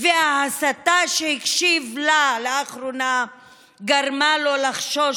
וההסתה שהקשיב לה לאחרונה גרמו לו לחשוש